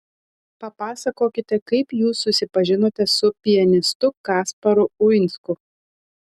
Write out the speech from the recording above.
papasakokite kaip jūs susipažinote su pianistu kasparu uinsku